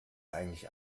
eigentlich